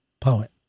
poet